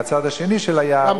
מהצד השני של היער,